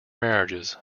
marriages